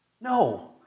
No